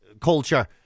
culture